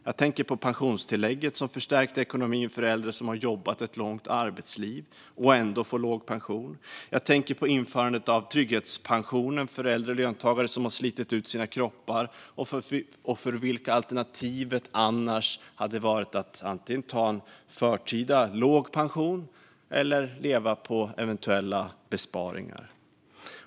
Jag tänker på pensionstillägget som förstärkte ekonomin för äldre som har jobbat ett långt arbetsliv och ändå får låg pension. Jag tänker på införandet av trygghetspensionen för äldre löntagare som har slitit ut sina kroppar och för vilka alternativet annars hade varit att antingen ta ut en förtida låg pension eller leva på eventuella besparingar.